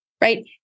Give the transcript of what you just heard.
Right